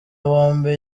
bombi